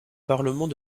parlement